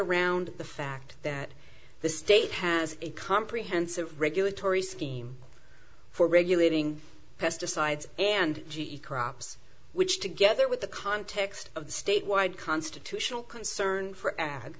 around the fact that the state has a comprehensive regulatory scheme for regulating pesticides and g e crops which together with the context of the statewide constitutional concern for ad